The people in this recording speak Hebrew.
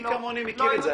מי כמוני מכיר את זה?